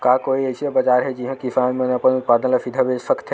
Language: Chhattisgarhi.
का कोई अइसे बाजार हे जिहां किसान मन अपन उत्पादन ला सीधा बेच सकथे?